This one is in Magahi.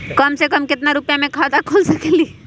कम से कम केतना रुपया में खाता खुल सकेली?